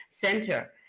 Center